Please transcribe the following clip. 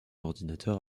ordinateur